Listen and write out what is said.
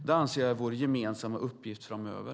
Det anser jag vara vår gemensamma uppgift framöver.